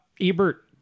Ebert